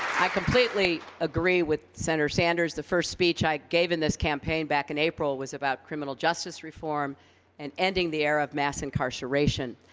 i completely agree with senator sanders. the first speech i gave in this campaign back in april was about criminal justice reform and ending the era of mass incarceration.